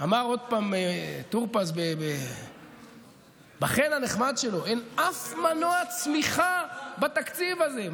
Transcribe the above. אמר עוד פעם טור פז בחן הנחמד שלו: אין אף מנוע צמיחה בתקציב הזה,